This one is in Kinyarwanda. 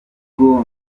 bwo